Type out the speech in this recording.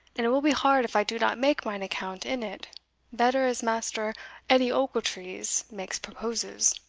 and it will be hard if i do not make mine account in it better as maister edie ochiltrees makes proposes.